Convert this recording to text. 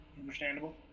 Understandable